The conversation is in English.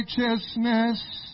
righteousness